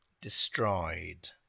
destroyed